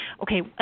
okay